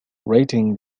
rating